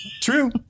True